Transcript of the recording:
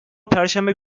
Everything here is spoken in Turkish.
perşembe